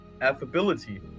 affability